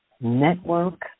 network